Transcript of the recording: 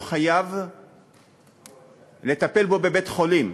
הוא חייב לטפל בו בבית-חולים,